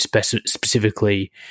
specifically